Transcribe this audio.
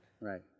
Right